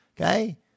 Okay